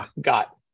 got